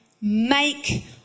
make